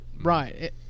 Right